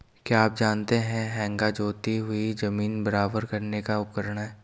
क्या आप जानते है हेंगा जोती हुई ज़मीन बराबर करने का उपकरण है?